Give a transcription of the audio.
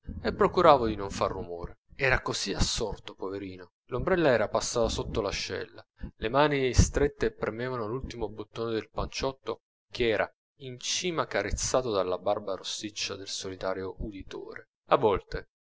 e procuravo di non far romore era così assorto poverino l'ombrella era passata sotto l'ascella le mani strette premevano l'ultimo bottone del panciotto ch'era in cima carezzato dalla barba rossiccia del solitario uditore a volte